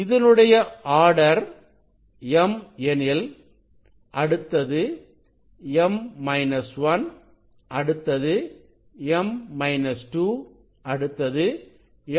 இதனுடைய order m எனில் அடுத்தது m 1 அடுத்தது m 2 அடுத்தது m 3